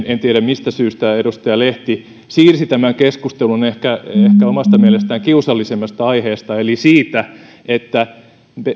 en tiedä mistä syystä edustaja lehti siirsi tämän keskustelun ehkä omasta mielestään kiusallisemmasta aiheesta eli siitä että